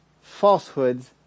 falsehoods